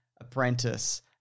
apprentice